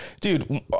Dude